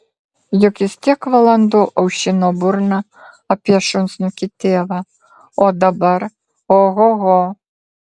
juk jis tiek valandų aušino burną apie šunsnukį tėvą o dabar ohoho